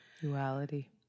Duality